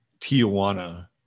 Tijuana